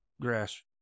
grass